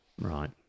Right